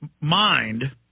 mind